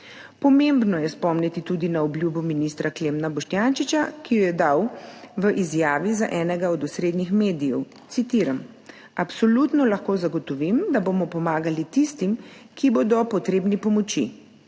Pomembno je spomniti tudi na obljubo ministra Klemna Boštjančiča, ki jo je dal v izjavi za enega od osrednjih medijev. Citiram: »Absolutno lahko zagotovim, da bomo pomagali tistim, ki bodo potrebni pomoči.